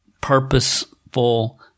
purposeful